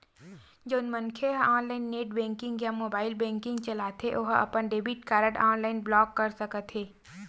जउन मनखे ह ऑनलाईन नेट बेंकिंग या मोबाईल बेंकिंग चलाथे ओ ह अपन डेबिट कारड ऑनलाईन ब्लॉक कर सकत हे